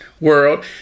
world